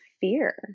fear